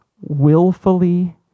willfully